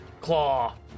Claw